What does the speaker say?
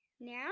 Now